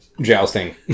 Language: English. jousting